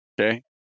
okay